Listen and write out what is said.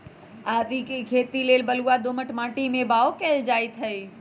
आदीके खेती लेल बलूआ दोमट माटी में बाओ कएल जाइत हई